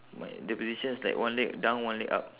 mine the position is like one leg down one leg up